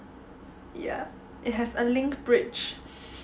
yeah it has a link bridge